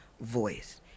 voice